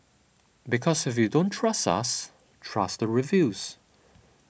because if you don't trust us trust the reviews